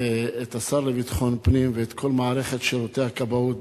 את השר לביטחון פנים ואת כל מערכת שירותי הכבאות.